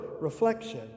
reflection